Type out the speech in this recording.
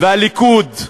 ולליכוד,